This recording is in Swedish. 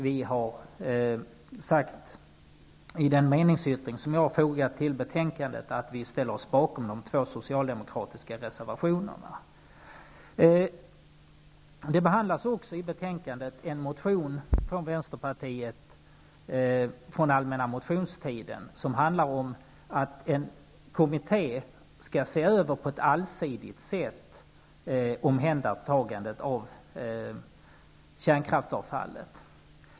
Vi har sagt, i den meningsyttring som jag har fogat till betänkandet, att vi ställer oss bakom de två socialdemokratiska reservationerna. En motion från Vänsterpartiet, framlagd under allmänna motionstiden, behandlas också i betänkandet. Den handlar om att en kommitté på ett allsidigt sätt skall se över omhändertagandet av kärnkraftsavfallet.